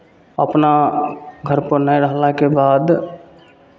अपना घरपर नहि रहलाके बाद